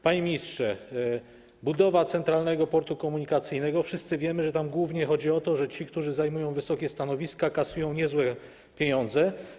Panie ministrze, budowa Centralnego Portu Komunikacyjnego - wszyscy wiemy, że tam głównie chodzi o to, że ci, którzy zajmują wysokie stanowiska, kasują niezłe pieniądze.